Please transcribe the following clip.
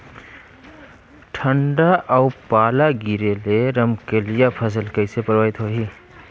ठंडा अउ पाला गिरे ले रमकलिया फसल कइसे प्रभावित होही?